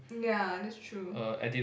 ya that's true